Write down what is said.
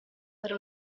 fare